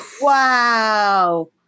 Wow